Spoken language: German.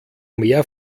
mehr